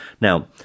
Now